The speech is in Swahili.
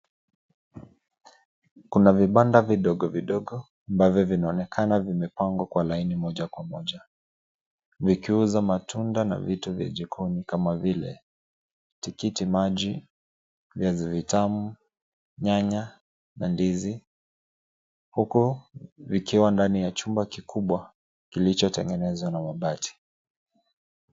Kuna vibanda vidogo vidogo ambavyo vinaonekana vimepangwa kwa laini moja kwa moja, vikiuza matunda na vitu vya jikoni kama vile: tikiti maji, viazi vitamu, nyanya na ndizi, huku vikiwa ndani ya chumba kikubwa kilichotengenezwa na mabati.